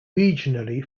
regionally